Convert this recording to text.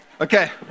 Okay